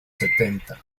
setenta